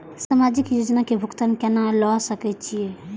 समाजिक योजना के भुगतान केना ल सके छिऐ?